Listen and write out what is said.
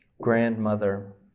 grandmother